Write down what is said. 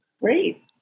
great